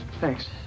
Thanks